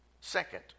Second